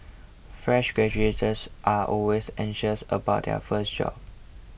fresh are always anxious about their first job